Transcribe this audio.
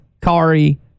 Kari